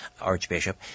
Archbishop